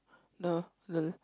no lol